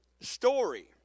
story